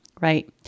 right